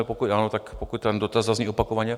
Pokud ano, tak pokud ten dotaz zazní opakovaně...